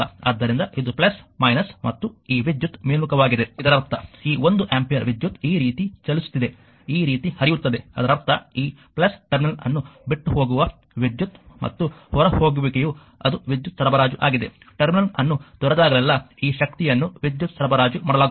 ಆದ್ದರಿಂದ ಇದು ಮತ್ತು ಈ ವಿದ್ಯುತ್ ಮೇಲ್ಮುಖವಾಗಿದೆ ಇದರರ್ಥ ಈ ಒಂದು ಆಂಪಿಯರ್ ವಿದ್ಯುತ್ ಈ ರೀತಿ ಚಲಿಸುತ್ತಿದೆ ಈ ರೀತಿ ಹರಿಯುತ್ತದೆ ಅದರ ಅರ್ಥ ಈ ಟರ್ಮಿನಲ್ ಅನ್ನು ಬಿಟ್ಟುಹೋಗುವ ವಿದ್ಯುತ್ ಮತ್ತು ಹೊರಹೋಗುವಿಕೆಯು ಅದು ವಿದ್ಯುತ್ ಸರಬರಾಜು ಆಗಿದೆ ಟರ್ಮಿನಲ್ ಅನ್ನು ತೊರೆದಾಗಲೆಲ್ಲಾ ಈ ಶಕ್ತಿಯನ್ನು ವಿದ್ಯುತ್ ಸರಬರಾಜು ಮಾಡಲಾಗುತ್ತದೆ